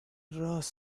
راس